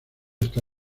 está